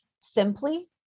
simply